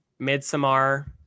Midsommar